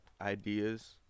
ideas